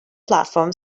platform